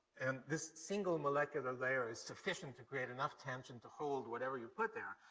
and this single molecular layer is sufficient to create enough tension to hold whatever you put there.